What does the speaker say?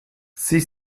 sie